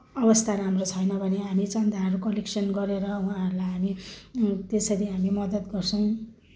अवस्था राम्रो छैन भने हामी चन्दाहरू कलेक्सन गरेर उहाँहरूलाई हामी त्यसरी हामी मद्दत गर्छौँ